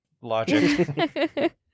logic